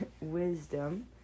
wisdom